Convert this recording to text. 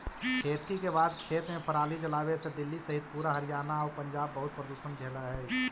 खेती के बाद खेत में पराली जलावे से दिल्ली सहित पूरा हरियाणा आउ पंजाब बहुत प्रदूषण झेलऽ हइ